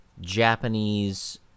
Japanese